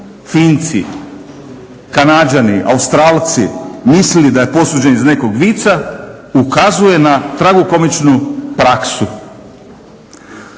Finci, Kanađani, Australci, mislili da je posuđen iz nekog vica ukazuje na tragikomičnu praksu.